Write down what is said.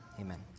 amen